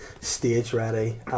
stage-ready